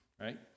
right